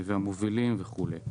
עם המובילים וכולי.